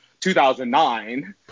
2009